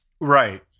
Right